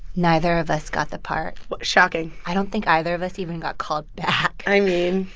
neither of us got the part shocking i don't think either of us even got called back i mean.